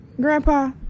Grandpa